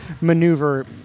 maneuver